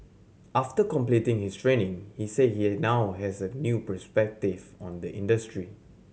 after completing his training he said he now has a new perspective on the industry